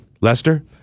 Lester